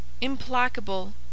implacable